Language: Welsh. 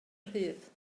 rhydd